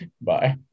Bye